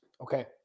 okay